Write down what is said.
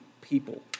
people